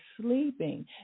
sleeping